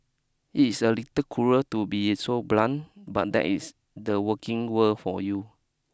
it is a little cruel to be so blunt but that is the working world for you